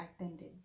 attended